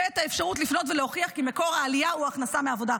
ועל האפשרות לפנות ולהוכיח כי מקור העלייה הוא הכנסה מעבודה.